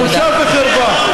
בושה וחרפה.